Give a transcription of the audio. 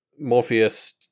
morpheus